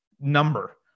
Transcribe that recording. number